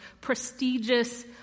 prestigious